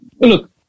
look